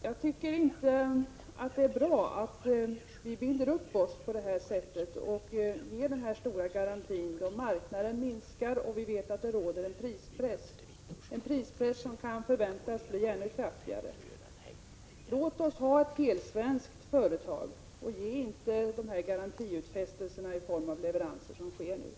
Det är inte bra att vi binder upp oss på det här sättet och ger denna stora garanti, då marknaden minskar och vi vet att det råder en prispress, en prispress som kan förväntas bli ännu kraftigare. Låt oss ha ett helsvenskt företag och ge inte denna garanti — gör inte, som nu sker, dessa utfästelser om leveranser.